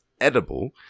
edible